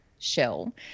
shell